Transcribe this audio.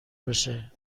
بشه